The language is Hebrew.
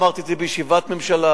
אמרתי את זה בישיבת ממשלה.